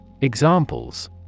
Examples